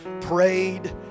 prayed